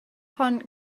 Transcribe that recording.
von